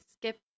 skip